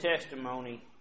testimony